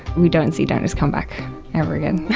we don't see donors comeback ever again.